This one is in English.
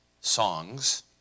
songs